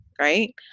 right